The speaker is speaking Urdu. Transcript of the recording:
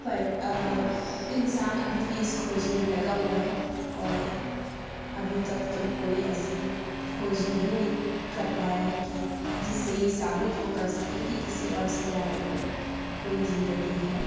پر انسان ابھی بھی اِس کھوج میں لگا ہُوا ہے اور ابھی تک تو کوئی ایسی کھوج نہیں کر پایا ہے کہ جس سے یہ ثابت وہ کر سکے اور سیارے پر کوئی زندگی ہے